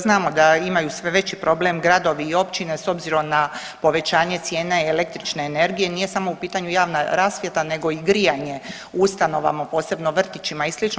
Znamo da imaju sve veći problem gradovi i općine s obzirom na povećanje cijene električne energije, nije samo u pitanju javna rasvjeta nego i grijanje u ustanovama, posebno vrtićima i slično.